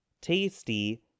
tasty